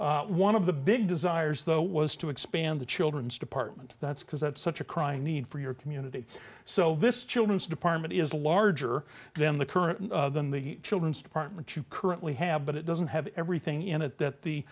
feet one of the big desires though was to expand the children's department that's because that's such a crying need for your community so this children's department is larger than the current than the children's department you currently have but it doesn't have everything in it that the